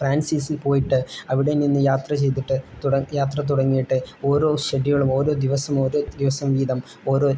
ഫ്രാൻസീസിൽ പോയിട്ട് അവിടെ നിന്ന് യാത്ര ചെയ്തിട്ട് യാത്ര തുടങ്ങിയിട്ട് ഓരോ ഷെഡ്യൂളും ഓരോ ദിവസം ഓരോ ദിവസം വീതം ഓരോ